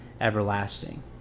everlasting